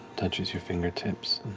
touches your fingertips